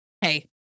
hey